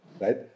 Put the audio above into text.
Right